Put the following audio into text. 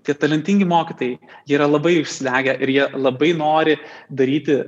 tie talentingi mokytojai jie yra labai užsidegę ir jie labai nori daryti